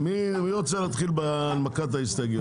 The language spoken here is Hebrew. מי רוצה להתחיל בהנמקת ההסתייגויות?